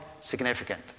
significant